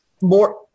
More